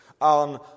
on